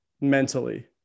mentally